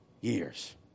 years